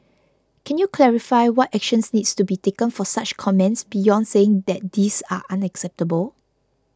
can you clarify what actions needs to be taken for such comments beyond saying that these are unacceptable